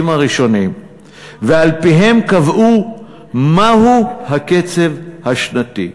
הראשונים ועל-פיהם קבעו מהו הקצב השנתי.